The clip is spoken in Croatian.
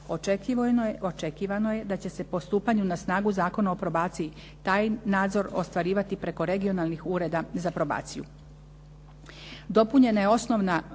Očekivano je da će se po stupanju na snagu Zakona o probaciji taj nadzor ostvarivati preko regionalnih ureda za probaciju.